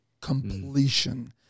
Completion